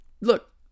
look